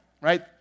right